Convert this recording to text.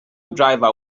driver